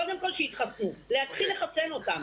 קודם כול להתחיל לחסן אותם.